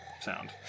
sound